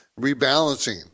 rebalancing